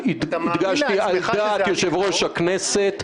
כשהדגשתי, על דעת יושב-ראש הכנסת,